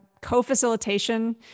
co-facilitation